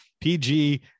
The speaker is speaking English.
PG